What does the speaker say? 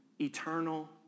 eternal